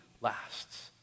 lasts